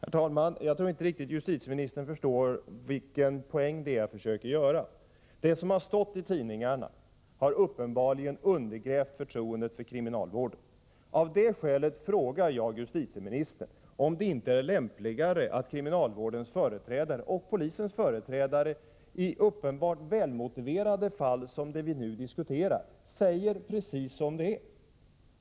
Herr talman! Jag tror inte att justitieministern riktigt förstår vilken poäng jag vill understryka. Det som har stått i tidningarna har uppenbarligen undergrävt förtroendet för kriminalvården. Av det skälet frågar jag justitieministern om det inte är lämpligare att kriminalvårdens och polisens företrädare i uppenbart välmotiverade fall, som det vi nu diskuterar, säger precis som det är.